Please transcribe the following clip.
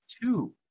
two